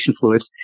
fluids